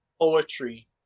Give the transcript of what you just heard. poetry